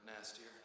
nastier